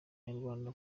abanyarwanda